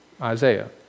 Isaiah